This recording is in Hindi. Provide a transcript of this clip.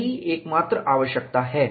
यही एकमात्र आवश्यकता है